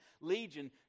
legion